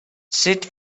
sut